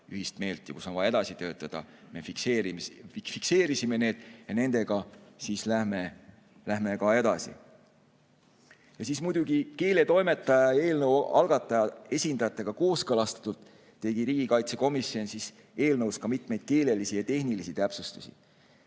ühist meelt ja kus on vaja edasi töötada. Me fikseerisime need ja nendega läheme ka edasi. Siis muidugi keeletoimetaja ja algataja esindajatega kooskõlastatult tegi riigikaitsekomisjon eelnõus ka mitmeid keelelisi ja tehnilisi täpsustusi.